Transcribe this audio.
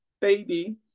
baby